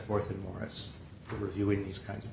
forth that morris reviewing these kinds of